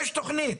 יש תוכנית,